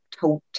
tote